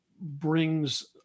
brings